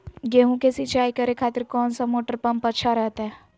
गेहूं के सिंचाई करे खातिर कौन सा मोटर पंप अच्छा रहतय?